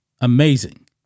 Amazing